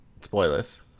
Spoilers